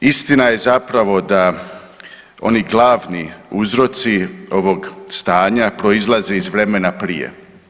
Istina je zapravo da oni glavni uzorci ovog stanja proizlaze iz vremena prije.